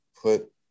put